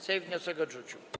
Sejm wniosek odrzucił.